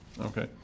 Okay